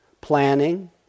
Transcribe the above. planning